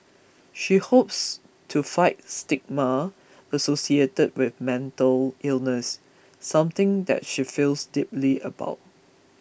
she hopes to fight stigma associated with mental illness something that she feels deeply about